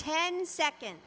ten second